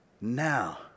now